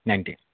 ninety